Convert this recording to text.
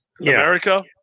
America